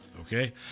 Okay